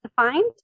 defined